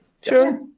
Sure